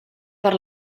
per